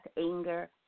anger